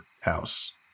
house